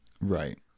Right